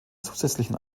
zusätzlichen